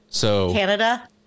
Canada